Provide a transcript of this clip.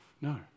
No